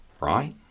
right